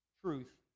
truth